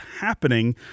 happening